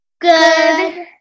good